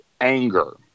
anger